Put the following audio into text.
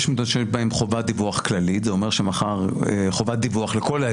יש מדינות שיש בהן חובת דיווח כללית.